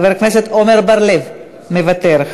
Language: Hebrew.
חבר הכנסת עמר בר-לב, מוותר.